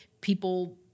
people